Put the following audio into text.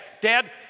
dad